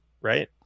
right